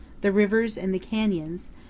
the rivers and the canyons,